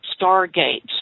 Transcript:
stargates